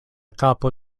kapo